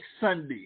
Sunday